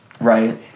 Right